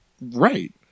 Right